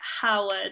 Howard